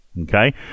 Okay